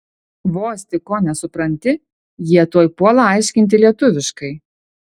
vos tik ko nesupranti jie tuoj puola aiškinti lietuviškai